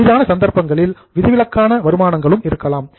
அரிதான சந்தர்ப்பங்களில் விதிவிலக்கான வருமானங்களும் இருக்கலாம்